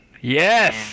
Yes